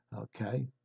okay